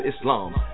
Islam